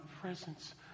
presence